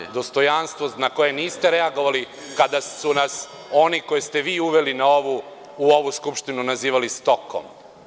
Član 107, dostojanstvo na koje niste reagovali kada su nas oni koje ste vi uveli u ovu skupštinu nazivali „stokom“